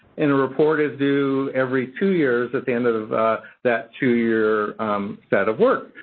and a report is due every two years at the end of that two year set of work.